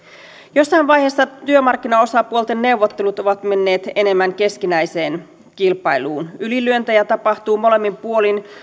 jossain vaiheessa työmarkkinaosapuolten neuvottelut ovat menneet enemmän keskinäiseen kilpailuun ylilyöntejä tapahtuu molemmin puolin